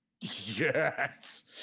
yes